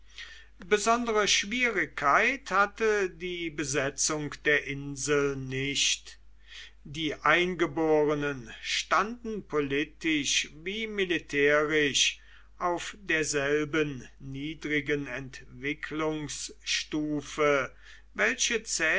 besondere schwierigkeit hatte die besetzung der insel nicht die eingeborenen standen politisch wie militärisch auf derselben niedrigen entwicklungsstufe welche